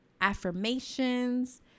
affirmations